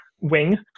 wing